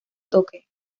toque